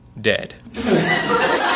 dead